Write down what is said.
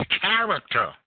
character